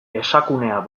esakunea